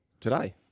today